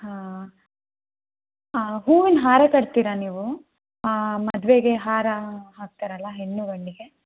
ಹಾಂ ಹೂವಿನ ಹಾರ ಕಟ್ತೀರಾ ನೀವು ಮದುವೆಗೆ ಹಾರ ಹಾಕ್ತಾರಲ್ವ ಹೆಣ್ಣು ಗಂಡಿಗೆ